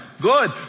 Good